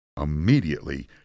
Immediately